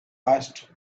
asked